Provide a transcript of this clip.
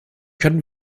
können